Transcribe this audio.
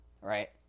right